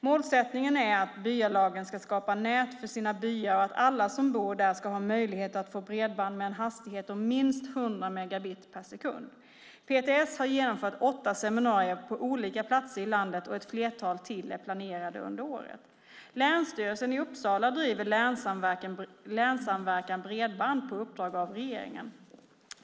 Målsättningen är att byalagen ska skapa nät för sina byar och att alla som bor där ska ha möjlighet att få bredband med en hastighet om minst 100 megabit per sekund. PTS har genomfört åtta seminarier på olika platser i landet, och ett flertal till är planerade under året. Länsstyrelsen i Uppsala driver Länssamverkan Bredband på uppdrag av regeringen.